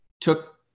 took